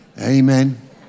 Amen